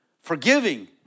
forgiving